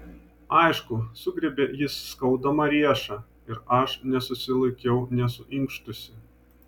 aišku sugriebė jis skaudamą riešą ir aš nesusilaikiau nesuinkštusi